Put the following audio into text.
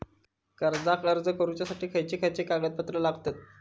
कर्जाक अर्ज करुच्यासाठी खयचे खयचे कागदपत्र लागतत